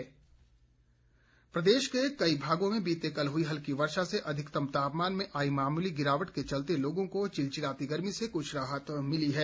मौसम प्रदेश के कई भागों में बीते कल हुई हल्की वर्षा से अधिकतम तापमान में आई मामूली गिरावट के चलते लोगों को चिलचिलाती गर्मी से कुछ राहत मिली है